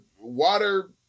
water